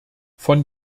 von